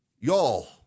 Y'all